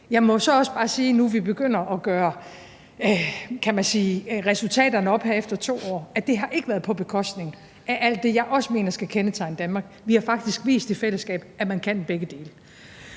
Jeg må så også bare sige, nu vi begynder at gøre resultaterne op her efter 2 år, at det ikke har været på bekostning af alt det, jeg også mener skal kendetegne Danmark. Vi har faktisk vist i fællesskab, at man kan begge dele.